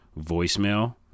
Voicemail